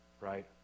right